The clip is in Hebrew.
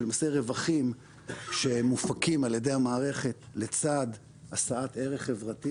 שלמעשה רווחים שמופקים על ידי המערכת לצד השאת ערך חברתי